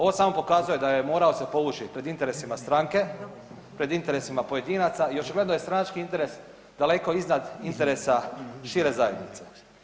Ovo samo pokazuje da je morao se povući pred interesima stranke, pred interesima pojedinaca i očigledno je stranački interes daleko iznad interesa šire zajednice.